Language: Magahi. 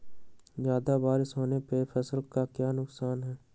ज्यादा बारिस होने पर फसल का क्या नुकसान है?